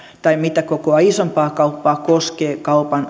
tai mitä kokoa isompaa kauppaa koskee kaupan